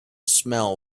smell